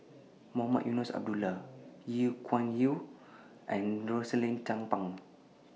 Mohamed Eunos Abdullah Lee Kuan Yew and Rosaline Chan Pang